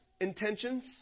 intentions